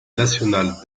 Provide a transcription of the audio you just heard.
national